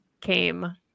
came